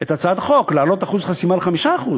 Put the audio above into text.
את הצעת החוק להעלות את אחוז החסימה ל-5%,